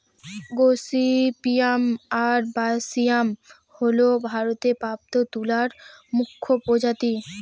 gossypium arboreum হল ভারতে প্রাপ্ত তুলার মুখ্য প্রজাতি